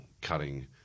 cutting